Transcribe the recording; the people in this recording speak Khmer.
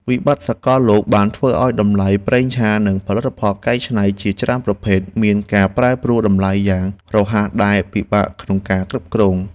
វិបត្តិសកលលោកបានធ្វើឱ្យតម្លៃប្រេងឆានិងផលិតផលកែច្នៃជាច្រើនប្រភេទ មានការប្រែប្រួលតម្លៃយ៉ាងរហ័សដែលពិបាកក្នុងការគ្រប់គ្រង។